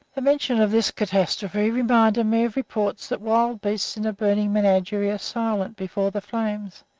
the mention of this catastrophe reminded me of reports that wild beasts in a burning menagerie are silent before the flames,